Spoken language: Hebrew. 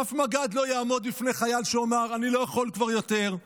אף מג"ד לא יעמוד בפני חייל שיאמר: אני לא יכול כבר יותר.